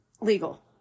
legal